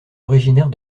originaire